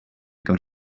got